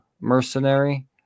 mercenary